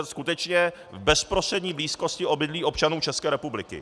Skutečně v bezprostřední blízkosti obydlí občanů České republiky.